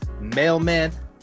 mailman